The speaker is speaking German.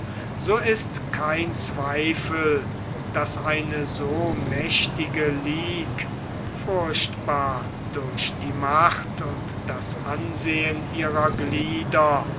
so ist kein zweifel daß eine so mächtige ligue furchtbar durch die macht und das ansehen ihrer glieder